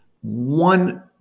One